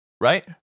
Right